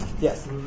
Yes